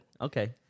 Okay